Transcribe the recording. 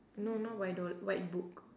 no not white door white book